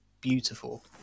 beautiful